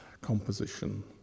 composition